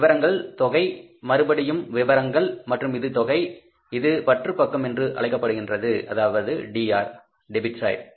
இது விவரங்கள் தொகை மறுபடியும் விவரங்கள் மற்றும் இது தொகை இது பற்று பக்கம் என்று அழைக்கப்படுகின்றது அதாவது DR